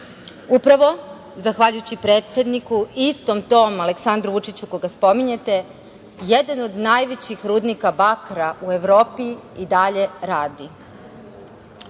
zahvaljujući predsedniku, istom tom Aleksandru Vučiću koga spominjete, jedan od najvećih rudnika bakra u Evropi i dalje radi.